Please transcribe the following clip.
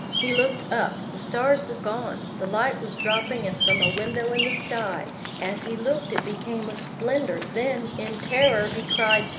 he looked up the stars were gone the light was dropping as from a window in the sky as he looked, it became a splendor then, in terror, he cried,